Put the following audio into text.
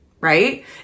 right